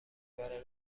برای